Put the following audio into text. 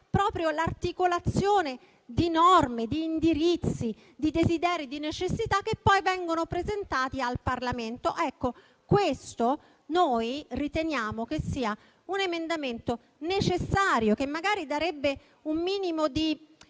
proprio l'articolazione di norme, di indirizzi, di desideri, di necessità, che poi vengono presentati al Parlamento. Noi riteniamo che questo sia un emendamento necessario, che magari darebbe un minimo di